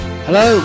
Hello